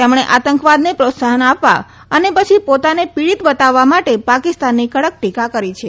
તેમણે આતંકવાદને પ્રોત્સાફન આપવા અને પછી પોતાને પિડીત બતાવવા માટે પાકિસ્તાનની કડક ટીકા કરી છે